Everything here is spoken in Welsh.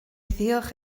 ddiolch